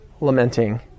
lamenting